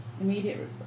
Immediate